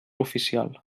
oficial